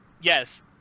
Yes